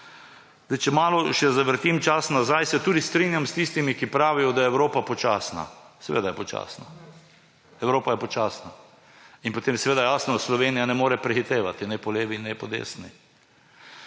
zboru. Če malo še zavrtim čas nazaj, se tudi strinjam s tistimi, ki pravijo, da je Evropa počasna. Seveda je počasna. Evropa je počasna. In potem seveda, jasno, Slovenija ne more prehitevati ne po levi ne po desni.